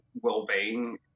well-being